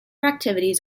activities